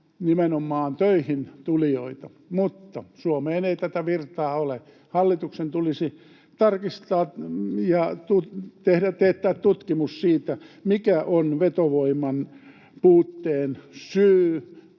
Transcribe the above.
nimenomaan töihin tulijoita, mutta Suomeen ei tätä virtaa ole. Hallituksen tulisi tarkistaa ja teettää tutkimus siitä, mikä on vetovoiman puutteen syy